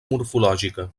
morfològica